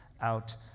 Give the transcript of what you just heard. out